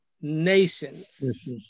nations